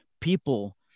people